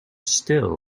still